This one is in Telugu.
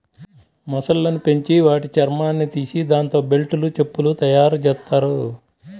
మొసళ్ళను పెంచి వాటి చర్మాన్ని తీసి దాంతో బెల్టులు, చెప్పులు తయ్యారుజెత్తారు